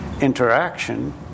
interaction